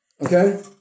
Okay